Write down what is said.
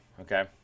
okay